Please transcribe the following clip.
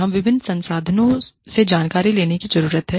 हम विभिन्न संसाधनों से जानकारी लेने की जरूरत है